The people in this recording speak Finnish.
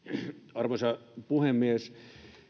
arvoisa puhemies